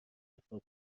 دفاع